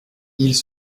ils